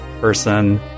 person